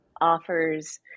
offers